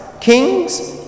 kings